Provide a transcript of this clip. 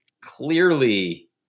clearly